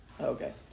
Okay